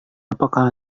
apakah